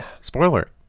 spoiler